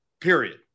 Period